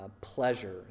pleasure